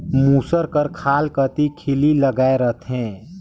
मूसर कर खाल कती खीली लगाए रहथे